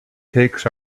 takes